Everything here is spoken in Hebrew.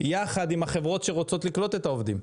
יחד עם החברות שרוצות לקלוט את העובדים.